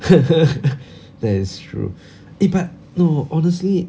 that is true eh but no honestly